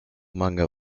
manga